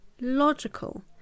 logical